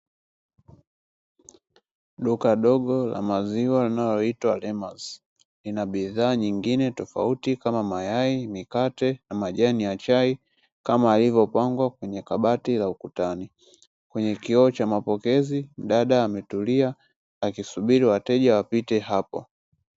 Duka dogo la maziwa, linalo itwa LEMAS DAIRY lina bidhaa nyingine tofauti kama mayai, mikate, na majani ya chai kama alivyopangwa kwenye kabati la ukutani, kwenye kioo cha sehemu ya mapokezi dada ametulia akisubiri wateja wapite hapo.